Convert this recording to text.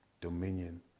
dominion